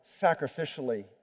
sacrificially